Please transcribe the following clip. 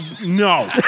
No